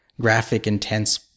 graphic-intense